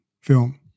film